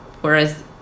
Whereas